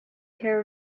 care